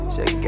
Say